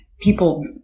people